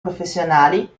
professionali